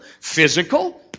physical